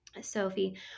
Sophie